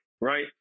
right